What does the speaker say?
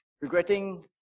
regretting